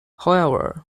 however